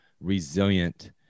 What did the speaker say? resilient